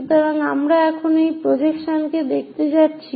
সুতরাং আমরা এখন এই প্রজেকশনকে দেখতে যাচ্ছি